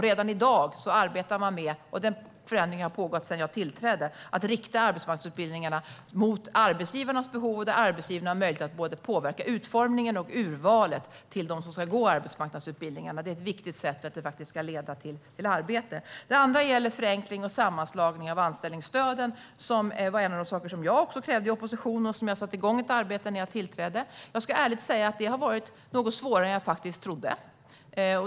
Redan i dag arbetar man med - den förändringen har pågått sedan jag tillträdde - att rikta arbetsmarknadsutbildningarna mot arbetsgivarnas behov där arbetsgivarna har möjlighet att både påverka utformningen och urvalet av vilka som ska gå arbetsmarknadsutbildningarna. Det är viktigt för att det här faktiskt ska leda till arbete. Det andra gäller förenkling och sammanslagning av anställningsstöden, vilket var en av de saker som jag också krävde i opposition och som jag satte igång ett arbete med när jag tillträdde. Jag ska ärligt säga att det har varit något svårare än jag faktiskt trodde.